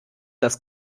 das